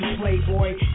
Playboy